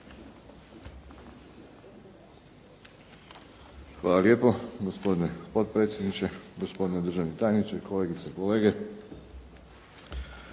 Hvala lijepo. Gospodine potpredsjedniče, gospodine državni tajniče, kolegice i kolege.